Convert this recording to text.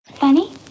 funny